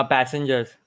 Passengers